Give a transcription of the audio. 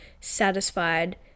satisfied